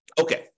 Okay